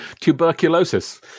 Tuberculosis